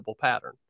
pattern